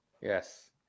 Yes